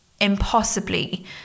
impossibly